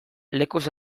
lekuz